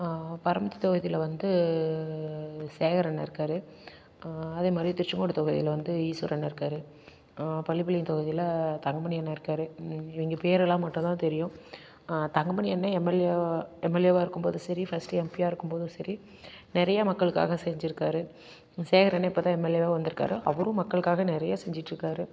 பரமத்து தொகுதியில் வந்து சேகர் அண்ணண் இருக்காரு அதே மாதிரி திருச்செங்கோடு தொகுதியில் வந்து ஈஸ்வரன் இருக்காரு பள்ளிப்பாளையம் தொகுதியில் தங்கமணி அண்ண இருக்காரு இவங்க பெரெல்லாம் மட்டும்தான் தெரியும் தங்கமணி அண்ண எம்எல்ஏவாக எம்எல்ஏவாக இருக்கும் போது சரி ஃபஸ்ட்டு எம்பியாக இருக்கும் போது சரி நிறைய மக்களுக்காக செஞ்சுருக்காரு சேகர் அண்ணன் இப்போ தான் எம்எல்ஏவாக வந்துருக்காரு அவரும் மக்களுக்காக நிறைய செஞ்சுட்டு இருக்காரு